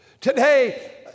Today